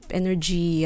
energy